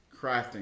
crafting